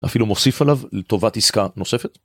אפילו מוסיף עליו לטובת עסקה נוספת.